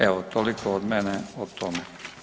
Evo toliko od mene o tome.